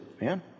man